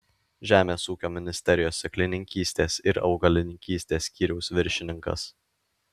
žemės ūkio ministerijos sėklininkystės ir augalininkystės skyriaus viršininkas